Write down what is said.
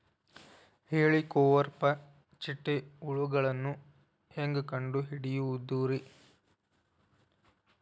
ಹೇಳಿಕೋವಪ್ರ ಚಿಟ್ಟೆ ಹುಳುಗಳನ್ನು ಹೆಂಗ್ ಕಂಡು ಹಿಡಿಯುದುರಿ?